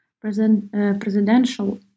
presidential